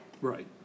Right